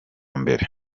mbere